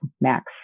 max